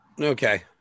Okay